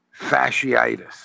fasciitis